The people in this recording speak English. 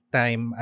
time